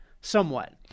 somewhat